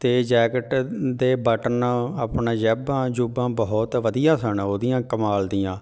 ਅਤੇ ਜੈਕਟ ਦੇ ਬਟਨ ਆਪਣਾ ਜੇਬਾਂ ਜੂਬਾਂ ਬਹੁਤ ਵਧੀਆ ਸਨ ਉਹਦੀਆਂ ਕਮਾਲ ਦੀਆਂ